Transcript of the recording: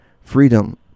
freedom